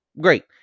great